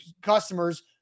customers